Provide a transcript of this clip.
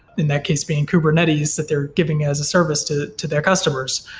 in that case being kubernetes that they're giving it as a service to to their customers.